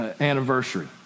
anniversary